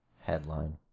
Headline